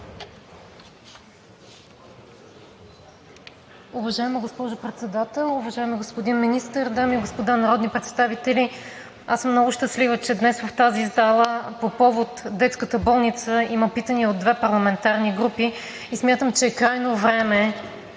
Уважаема госпожо Председател, уважаеми господин Министър, дами и господа народни представители! Аз съм много щастлива, че днес в тази зала по повод детската болница има питания от две парламентарни групи. Смятам, че е крайно време